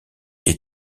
est